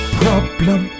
problem